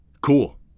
cool